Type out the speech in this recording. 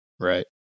right